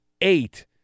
eight